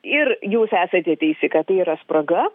ir jūs esate teisi kad tai yra spraga